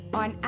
on